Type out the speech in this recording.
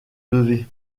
lever